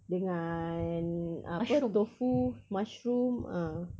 dengan apa tofu mushroom ah